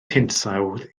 hinsawdd